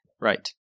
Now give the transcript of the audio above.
Right